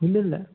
இல்லை இல்லை